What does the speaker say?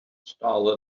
stall